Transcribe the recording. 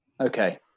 okay